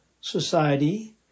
society